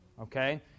Okay